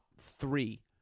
three